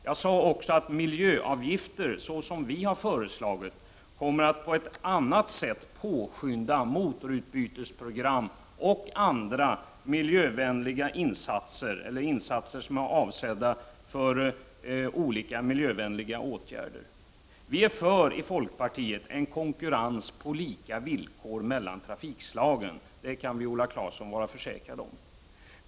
Jag sade också att miljöavgifter, så som vi har föreslagit, kommer att på ett annat sätt påskynda motorutbytesprogram och andra insatser som är avsedda för olika miljövänliga åtgärder. Vi i folkpartiet är för en konkurrens på lika villkor mellan trafikslagen. Det kan Viola Claesson vara förvissad om.